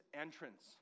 entrance